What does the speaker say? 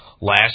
last